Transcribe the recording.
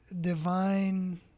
divine